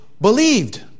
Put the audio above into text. believed